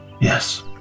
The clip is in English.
Yes